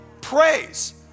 praise